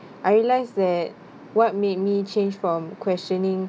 I realise that what made me changed from questioning